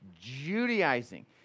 Judaizing